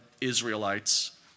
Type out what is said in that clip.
Israelites